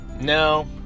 No